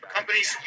Companies